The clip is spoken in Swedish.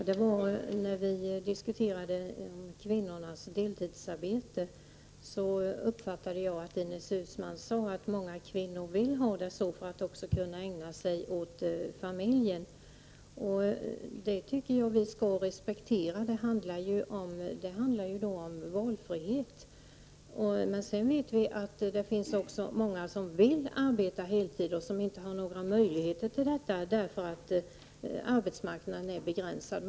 Herr talman! När vi diskuterade kvinnornas deltidsarbete, uppfattade jag att Ines Uusmann sade att många kvinnor vill ha deltidsarbete för att också kunna ägna sig åt familjen. Det tycker jag att vi skall respektera. Det handlar ju om valfrihet. Men vi vet att det också finns många som vill arbeta heltid och som inte har några möjligheter till det eftersom arbetsmarknaden är begränsad.